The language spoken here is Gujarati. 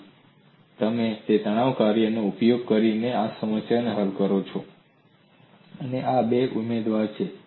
તેથી તમે તે તણાવ કાર્યનો ઉપયોગ કરીને આ સમસ્યા હલ કરો અને આ બે ઉમેરો